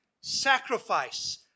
sacrifice